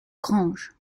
granges